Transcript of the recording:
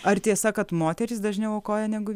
ar tiesa kad moterys dažniau aukoja negu